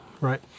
right